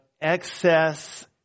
excess